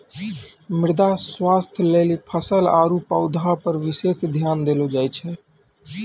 मृदा स्वास्थ्य लेली फसल आरु पौधा पर विशेष ध्यान देलो जाय छै